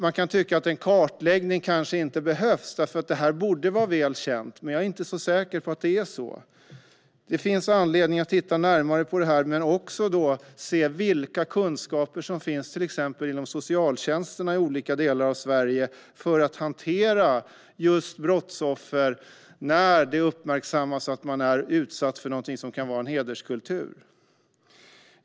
Man kan tycka att en kartläggning kanske inte behövs, för detta borde vara väl känt, men jag är inte så säker på att det är så. Det finns anledning att titta närmare på det här men också se vilka kunskaper som finns till exempel inom socialtjänsterna i olika delar av Sverige för att hantera just brottsoffer som man uppmärksammar är utsatta för någonting som kan vara uttryck för hederskultur.